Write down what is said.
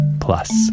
Plus